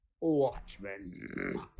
Watchmen